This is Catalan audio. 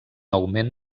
augment